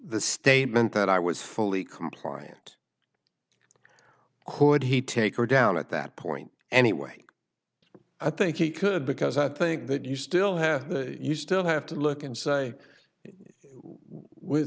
the statement that i was fully compliant could he take her down at that point anyway i think he could because i think that you still have you still have to look and say w